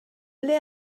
ble